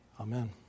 amen